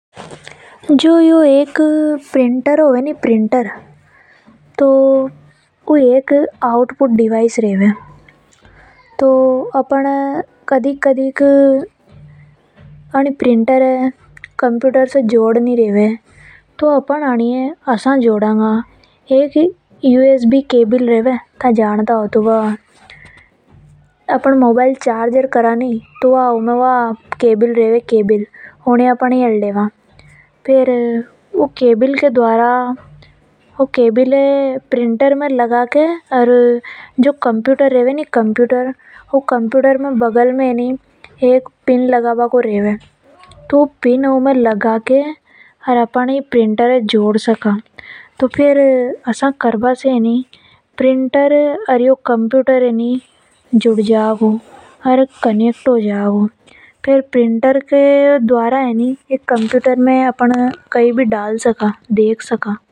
जो यो प्रिंटर रेवे नि उ एक आऊट पुट डिवाइस रेवे। कदी कदी ई प्रिंटर न कंप्यूटर से जोड़ नि रेवे तो एक यू एस बी केबल रेवे उसे ई प्रिंटर ये कंप्यूटर से जोड़ा। ये दो ई एक दूसरा से कनेक्ट ई केबल के द्वारा ही होवे। या केबल चार्जर की रेवे। जो गनी काम की है।